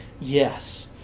Yes